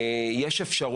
יש אפשרות.